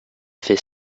fait